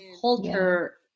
culture